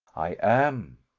i am,